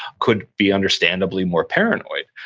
could be understandably more paranoid.